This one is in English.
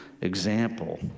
example